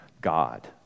God